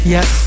Yes